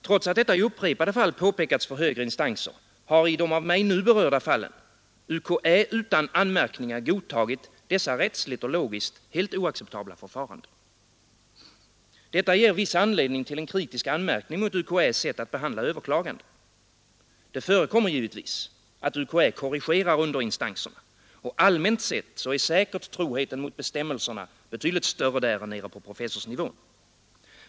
Trots att detta i upprepade fall påpekats för högre instanser, har i de av mig nu berörda fallen UKÄ utan anmärkningar godtagit dessa rättsligt och logiskt helt oacceptabla förfaranden. Detta ger viss anledning till en kritisk anmärkning mot UKÄ ss sätt att behandla överklaganden. Det förekommer givetvis att UKÄ korrigerar underinstanserna, och allmänt sett är säkert troheten mot bestämmelserna betydligt större där än nere på professorsnivån.